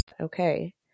Okay